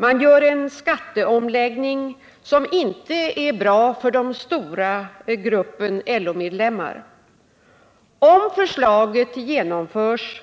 Man gör en skatteomläggning som inte är bra för den stora gruppen LO-medlemmar. Om förslaget genomförs